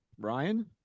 Ryan